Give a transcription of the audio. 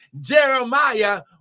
Jeremiah